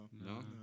No